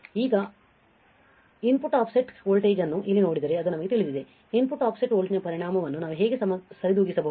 ಈಗ input offset voltage ಅನ್ನು ಇಲ್ಲಿ ನೋಡಿದರೆ ಅದು ನಮಗೆ ತಿಳಿದಿದೆ ಇನ್ಪುಟ್ ಆಫ್ಸೆಟ್ ವೋಲ್ಟೇಜ್ನ ಪರಿಣಾಮವನ್ನು ನಾವು ಹೇಗೆ ಸರಿದೂಗಿಸಬಹುದು